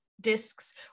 discs